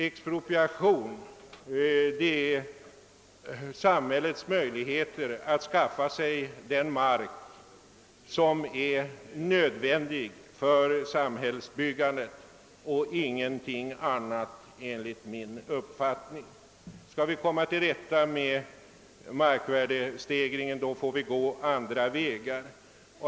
Expropriation är samhällets möjlighet att skaffa sig den mark som är nödvändig för samhällsbyggandet och ingenting annat enligt min uppfattning. Skall vi komma till rätta med markvärdestegringen får vi gå andra vägar.